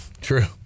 true